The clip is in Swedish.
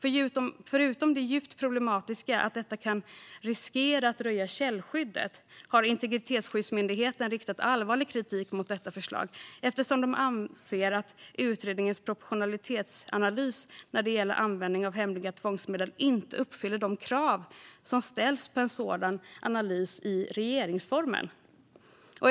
Utöver det djupt problematiska att detta kan riskera att röja källskyddet har Integritetsskyddsmyndigheten riktat allvarlig kritik mot förslaget eftersom de anser att utredningens proportionalitetsanalys när det gäller användning av hemliga tvångsmedel inte uppfyller de krav som ställs på en sådan analys i regeringsformen.